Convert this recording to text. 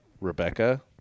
Rebecca